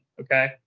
Okay